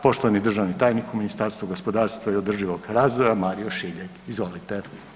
Poštovani državni tajnik u Ministarstvu gospodarstva i održivog razvoja Mario Šiljeg, izvolite.